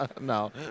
No